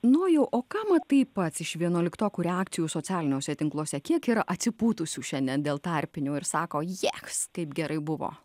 nojau o ką matai pats iš vienuoliktokų reakcijų socialiniuose tinkluose kiek yra atsipūtusių šiandien dėl tarpinių ir sako jes kaip gerai buvo